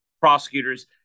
prosecutors